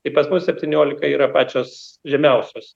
tai pas mus septyniolika yra pačios žemiausios